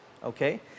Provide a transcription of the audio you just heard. Okay